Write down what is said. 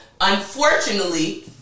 unfortunately